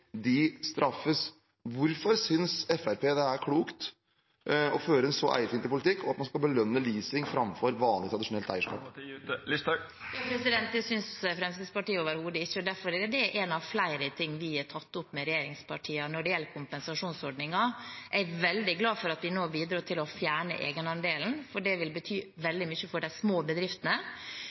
straffes. Hvorfor synes Fremskrittspartiet det er klokt å føre en så eierfiendtlig politikk, at man skal belønne leasing framfor vanlig, tradisjonelt eierskap? Det synes Fremskrittspartiet overhodet ikke, og derfor er det en av flere ting vi har tatt opp med regjeringspartiene når det gjelder kompensasjonsordningen. Jeg er veldig glad for at vi nå bidro til å fjerne egenandelen, for det vil bety veldig mye for de små bedriftene.